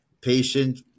patient